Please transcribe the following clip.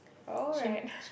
alright